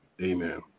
Amen